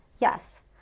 Yes